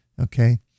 Okay